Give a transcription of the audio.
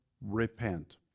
repent